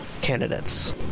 candidates